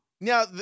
Now